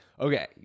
Okay